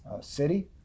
city